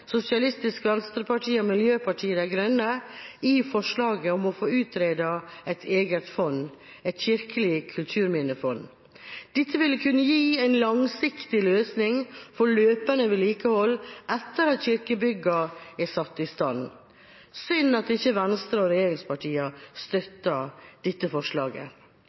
Sosialistisk Venstreparti og Miljøpartiet De Grønne i forslaget om å få utredet et eget fond – et kirkelig kulturminnefond. Dette vil kunne gi en langsiktig løsning for løpende vedlikehold etter at kirkebyggene er satt i stand. Det er synd at ikke Venstre og regjeringspartiene støtter dette forslaget.